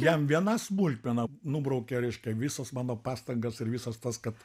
jam viena smulkmena nubraukė reiškia visas mano pastangas ir visas tas kad